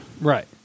Right